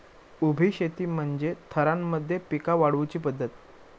उभी शेती म्हणजे थरांमध्ये पिका वाढवुची पध्दत